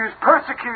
persecute